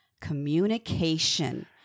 Communication